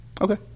Okay